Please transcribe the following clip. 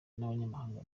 n’abanyamahanga